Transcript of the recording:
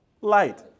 light